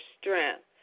strength